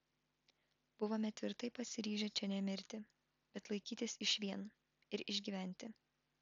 buvome tvirtai pasiryžę čia nemirti bet laikytis išvien ir išgyventi